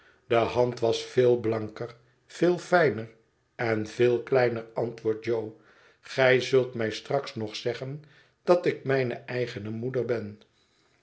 de hand was veel blanker veel fijner en veel kleiner antwoordt jo gij zult mij straks nog zeggen dat ik mijne eigene moeder ben